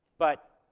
but